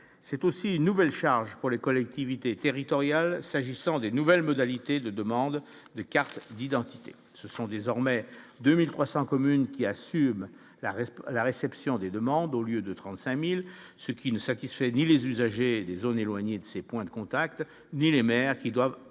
c'est aussi une nouvelle charge pour les collectivités territoriales s'agissant des nouvelles modalités de demande de carte d'identité, ce sont désormais 2300 communes qui assume la resp la réception des demandes au lieu de 35000 ce qui ne satisfait ni les usagers des zones éloignées de ces points de contact ni les maires qui doivent